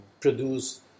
produce